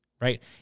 right